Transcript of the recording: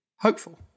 hopeful